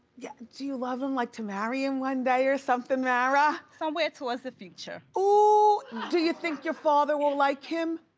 yeah do you love him like to marry him one day or something, mara somewhere towards the future. ooh, do you think your father will like him?